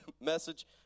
message